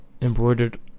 embroidered